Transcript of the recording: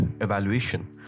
evaluation